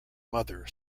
mother